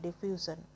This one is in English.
diffusion